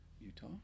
Utah